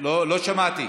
לא שמעתי.